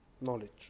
Knowledge